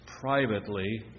privately